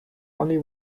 only